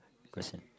question